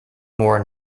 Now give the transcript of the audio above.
more